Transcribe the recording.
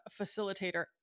facilitator